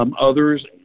Others